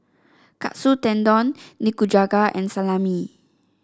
Katsu Tendon Nikujaga and Salami